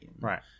Right